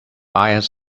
ions